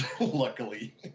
Luckily